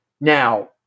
Now